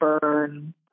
burn